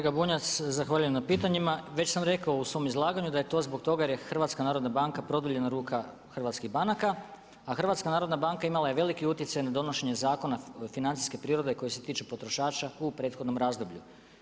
Kolega Bunjac, zahvaljujem na pitanjima, već sam rekao u svom izlaganju da je to zbog toga jer je HNB produljena ruka hrvatskih banaka, a HNB imala je veliki utjecaj na donošenje zakona financijske prirode koji se tiču potrošača u prethodnom razdoblju.